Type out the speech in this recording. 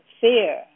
fear